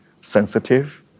sensitive